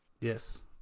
Yes